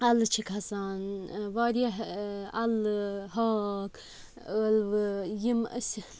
اَلہٕ چھِ کھَسان واریاہ اَلہٕ ہاکھ ٲلوٕ یِم أسۍ